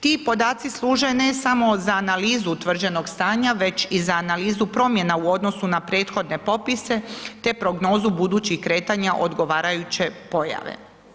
Ti podaci služe ne samo za analizu utvrđenog stanja, već i za analizu promjena u odnosu na prethodne popise te prognozu budućih kretanja odgovarajuće pojave.